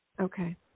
Okay